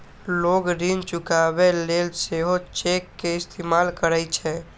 लोग ऋण चुकाबै लेल सेहो चेक के इस्तेमाल करै छै